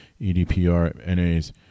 EDPRNA's